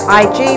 ig